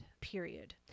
period